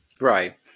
Right